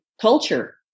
culture